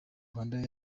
rwandair